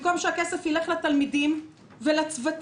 במקום שהכסף ילך לתלמידים ולצוותים,